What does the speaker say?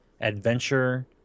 Adventure